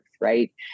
right